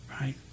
Right